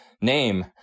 name